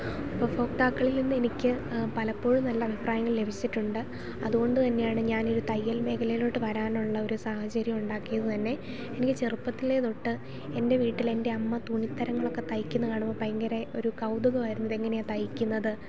ഉപഭോക്താക്കളിൽ നിന്ന് എനിക്ക് പലപ്പോഴും നല്ല അഭിപ്രായങ്ങൾ ലഭിച്ചിട്ടുണ്ട് അതുകൊണ്ട് തന്നെയാണ് ഞാൻ ഈ തയ്യൽ മേഖലയിലോട്ട് വരാനുള്ള ഒരു സാഹചര്യം ഉണ്ടാക്കിയ എനിക്ക് ചെറുപ്പത്തിലേ തൊട്ട് എൻ്റെ വീട്ടിൽ എൻ്റെ അമ്മ തുണിത്തരങ്ങളൊക്കെ തയ്ക്കുന്നത് കാണുമ്പം ഭയങ്കര ഒരു കൗതുകമായിരുന്നു ഇത് എങ്ങനെയാണ് തയ്ക്കുന്നത്